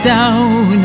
down